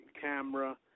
camera